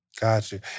Gotcha